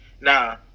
nah